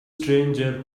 stranger